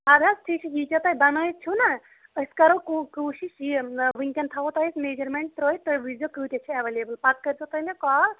اَدٕ حظ ٹھیٖک چھُ ییٖتیاہ تۄہہِ بَنٲوِتھ چھُو نا أسۍ کَرو کو کوٗشِش یہِ وٕںکٮ۪ن تھاوو تۄہہِ أسۍ میجَرمٮ۪نٹ ترٲوِتھ تُہۍ وٕچھۍ زٮ۪و کۭتیاہ چھِ اَویلیبٕل پَتہٕ کٔرۍ زیو تُہۍ مےٚ کال